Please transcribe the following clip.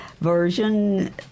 version